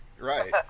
right